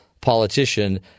politician